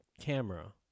camera